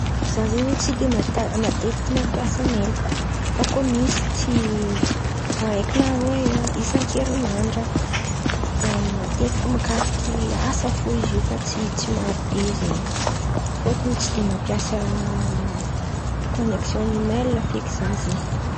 Zah zen̈y tsy de mailaka mampiasa menaka fa koa misy araiky na aroe isak'herinandra matetiky makasiky asa fo izy io fa tsy maro be zen̈y fôtony tsy de mapiasa kôneksion ny imaila feky zah zen̈y.